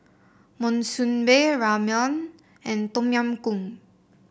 Monsunabe Ramyeon and Tom Yam Goong